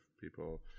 people